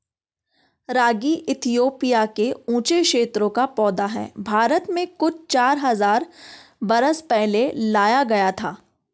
रागी Ethiopia के ऊँचे क्षेत्रों का पौधा है भारत में कुछ चार हज़ार बरस पहले लाया गया था